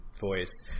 voice